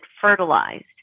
fertilized